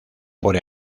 por